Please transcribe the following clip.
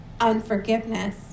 unforgiveness